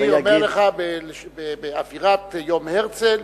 אני אומר לך באווירת יום הרצל,